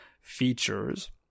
features